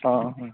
ହଁ ହଁ